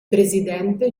presidente